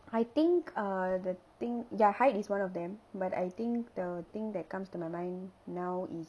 I think err the thing ya height is one of them but I think the thing that comes to my mind now is